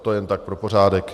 To jen tak pro pořádek.